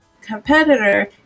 competitor